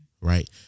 right